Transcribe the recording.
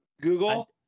Google